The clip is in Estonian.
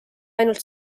ainult